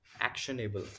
actionable